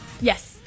Yes